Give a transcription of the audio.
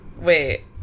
Wait